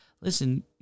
Listen